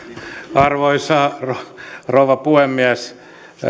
arvoisa rouva puhemies